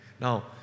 Now